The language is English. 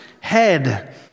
head